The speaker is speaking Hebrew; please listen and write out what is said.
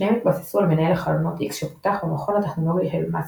שניהם התבססו על מנהל החלונות X שפותח במכון הטכנולוגי של מסצ'וסטס.